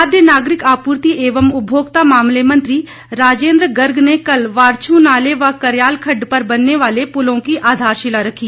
खाद्य नागरिक आपूर्ति एवं उपभोक्ता मामले मंत्री राजेंद्र गर्ग ने कल वारछू नाले व करयाल खडड पर बनने वाले पुलों की आधारशिला रखी